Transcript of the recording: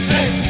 Hey